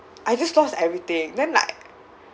I just lost everything then like